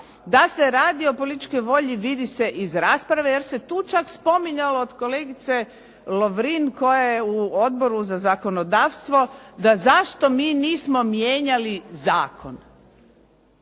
Da se radi o političkoj volji vidi se iz rasprave jer se tu čak spominjalo od kolegice Lovrin koja je u Odboru za zakonodavstvo da zašto mi nismo mijenjali zakon.